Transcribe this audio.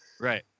Right